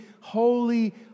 holy